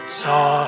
saw